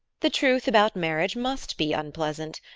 the truth about marriage must be unpleasant.